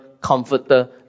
Comforter